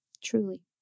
truly